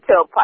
tailpipe